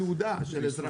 יש תעודה של אזרח ותיק.